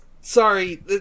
sorry